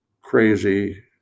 crazy